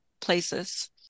places